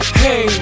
hey